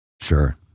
Sure